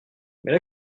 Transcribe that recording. mais